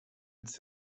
its